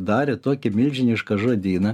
darė tokį milžinišką žodyną